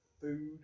food